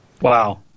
Wow